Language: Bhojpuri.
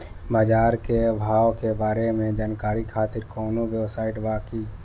बाजार के भाव के बारे में जानकारी खातिर कवनो वेबसाइट बा की?